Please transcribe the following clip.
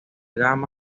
gama